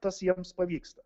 tas jiems pavyksta